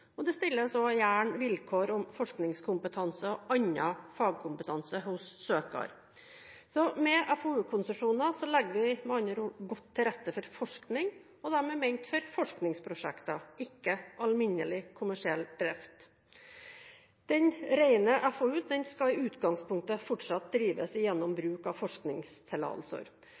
og det stilles gjerne også vilkår om forskningskompetanse og annen fagkompetanse hos søker. Med FoU-konsesjoner legger vi med andre ord godt til rette for forskning. De er ment for forskningsprosjekter – ikke alminnelig, kommersiell drift. Den rene FoU skal i utgangspunktet fortsatt drives gjennom bruk av forskningstillatelser.